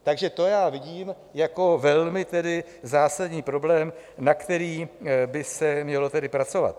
Takže to já vidím jako velmi zásadní problém, na kterém by se mělo pracovat.